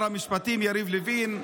שר המשפטים יריב לוין,